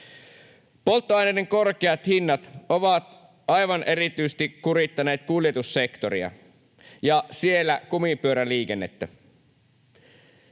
Polttoaineiden korkeat hinnat ovat kurittaneet aivan erityisesti kuljetussektoria ja siellä kumipyöräliikennettä.